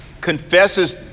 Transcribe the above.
confesses